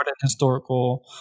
historical